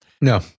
No